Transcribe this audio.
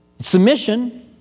Submission